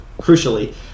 crucially